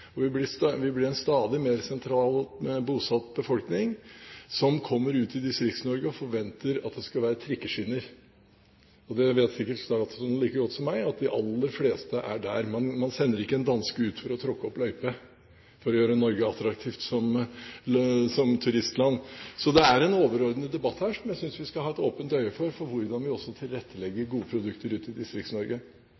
vi blir en stadig mer sentralt bosatt befolkning som kommer ut i Distrikts-Norge og forventer at det skal være «trikkeskinner». Det vet sikkert statsråden like godt som jeg, at de aller fleste er der. Man sender ikke en danske ut for å tråkke opp løype for å gjøre Norge attraktivt som turistland. Så det er en overordnet debatt her, som jeg synes vi skal ha et åpent øye for, om hvordan vi tilrettelegger for gode produkter også